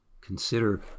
consider